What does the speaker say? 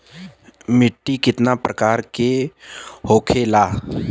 मिट्टी कितना प्रकार के होखेला?